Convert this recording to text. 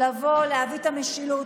לבוא ולהביא את המשילות.